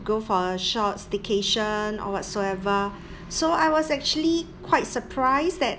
go for a short staycation or whatsoever so I was actually quite surprise that